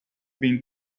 been